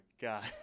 god